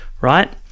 right